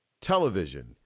television